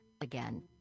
again